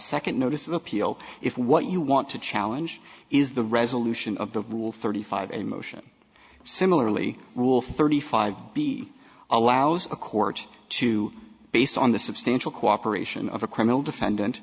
second notice of appeal if what you want to challenge is the resolution of the rule thirty five a motion similarly rule thirty five b allows a court to based on the substantial cooperation of a criminal defendant